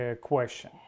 question